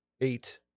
eight